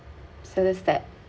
so that's that